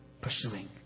pursuing